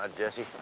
ah jesse.